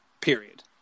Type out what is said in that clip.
period